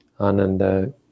Ananda